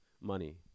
money